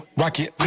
rocket